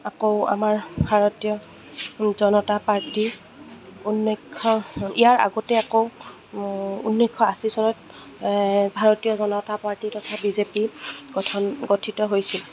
আকৌ আমাৰ ভাৰতীয় জনতা পাৰ্টী ঊনৈশ ইয়াৰ আগতে আকৌ ঊনৈছশ আশী চনত ভাৰতীয় জনতা পাৰ্টী তথা বি জেপি গঠন গঠিত হৈছিল